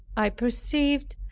i perceived,